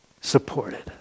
supported